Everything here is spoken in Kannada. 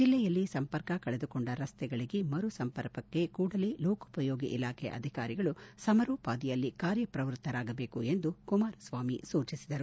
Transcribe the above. ಜಿಲ್ಲೆಯಲ್ಲಿ ಸಂಪರ್ಕ ಕಳೆದುಕೊಂಡ ರಸ್ತೆಗಳಿಗೆ ಮರುಸಂಪರ್ಕಕ್ಕೆ ಕೂಡಲೇ ಲೋಕೋಪಯೋಗಿ ಇಲಾಖೆ ಅಧಿಕಾರಿಗಳು ಸಮಾರೋಪಾದಿಯಲ್ಲಿ ಕಾರ್ಯಪ್ರವೃತ್ತರಾಗಬೇಕು ಎಂದು ಕುಮಾರಸ್ವಾಮಿ ಸೂಚಿಸಿದರು